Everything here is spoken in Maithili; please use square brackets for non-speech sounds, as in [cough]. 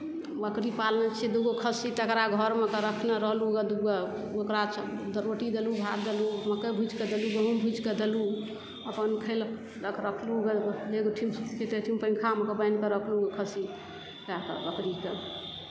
बकरी पालने छिऐ दू गो खस्सी तकरा घरमे कऽ रखने रहलहुँ गऽ दू गो ओकरा रोटी देलहुँ भात देलहुँ मकइ भुजि कऽ देलहुँ गहुँम भुजि कऽ देलहुँ अपन खेलक रखलहुँ गऽअपन [unintelligible] पङ्खामे कऽ बान्हि कऽ रखलहुँ खस्सी बकरी कऽ